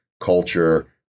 culture